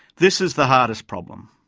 this is the hardest problem.